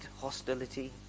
hostility